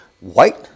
white